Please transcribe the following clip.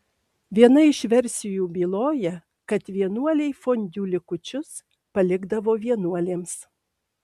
viena iš versijų byloja kad vienuoliai fondiu likučius palikdavo vienuolėms